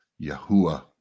Yahuwah